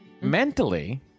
mentally